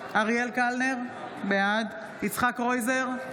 קלנר, בעד יצחק קרויזר,